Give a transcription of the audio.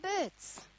birds